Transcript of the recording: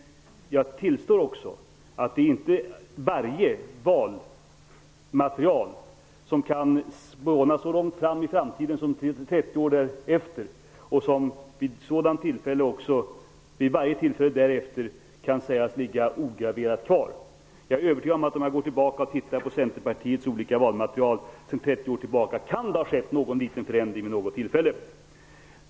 Men det är inte i alla valmaterial som man kan se så långt in i framtiden som 30 år och veta att det som står där kan stå fast ograverat. Om man tittar på Centerpartiets valmaterial sedan 30 år tillbaka, kan det ha skett någon liten förändring vid något tillfälle. Det är jag övertygad om.